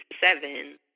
seven